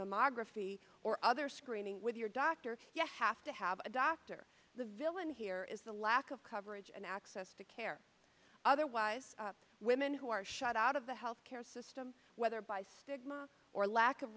mammography or other screening with your doctor you have to have a doctor the villain here is the lack of coverage and access to care otherwise women who are shut out of the health care system whether by stigma or lack of